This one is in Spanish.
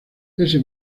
ese